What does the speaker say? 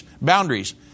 boundaries